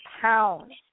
pounds